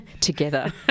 Together